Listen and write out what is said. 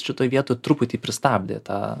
šitoj vietoj truputį pristabdė tą